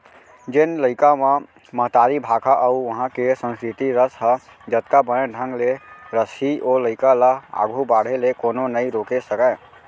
जेन लइका म महतारी भाखा अउ उहॉं के संस्कृति रस ह जतका बने ढंग ले रसही ओ लइका ल आघू बाढ़े ले कोनो नइ रोके सकयँ